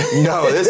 No